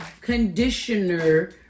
conditioner